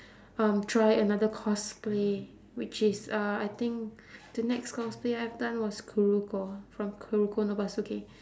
um try another cosplay which is uh I think the next cosplay I've done was kuroko from kuroko no basuke